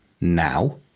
now